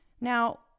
Now